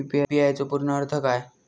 UPI चो पूर्ण अर्थ काय?